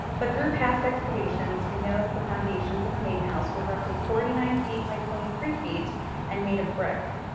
but through past excavations, we know that the foundations of the main house were roughly forty nine feet by twenty three feet and made of brick.